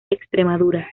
extremadura